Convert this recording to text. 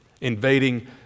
invading